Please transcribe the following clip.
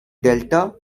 delta